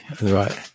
right